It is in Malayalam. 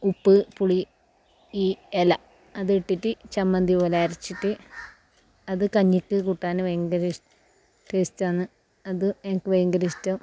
ഉപ്പ് പുളി ഈ ഇല അത് ഇട്ടിറ്റ് ചമ്മന്തി പോലരച്ചിറ്റ് അത് കഞ്ഞിക്ക് കൂട്ടാന് ഭയങ്കര ഇഷ്ടം ടേസ്റ്റാന്ന് അത് എനിക്ക് ഭയങ്കര ഇഷ്ട്ടം